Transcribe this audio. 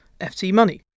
ftmoney